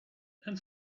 and